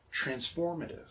transformative